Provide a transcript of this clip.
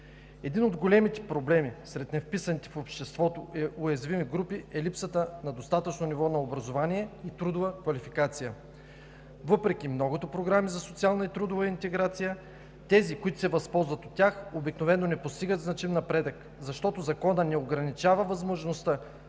Един от големите проблеми сред невписаните в обществото уязвими групи е липсата на достатъчно ниво на образование и трудова квалификация. Въпреки многото програми за социална и трудова интеграция, тези, които се възползват от тях, обикновено не постигат значим напредък, защото Законът не ограничава възможността